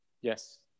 Yes